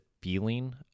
feeling